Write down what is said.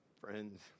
Friends